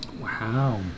Wow